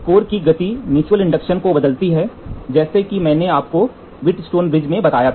core की गति mutual induction को बदलती है जैसा कि मैंने आपको वेटस्टोन ब्रिज में बताया था